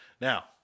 Now